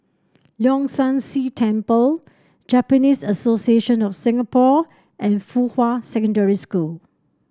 Leong San See Temple Japanese Association of Singapore and Fuhua Secondary School